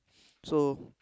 so